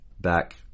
back